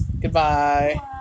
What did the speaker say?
Goodbye